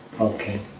Okay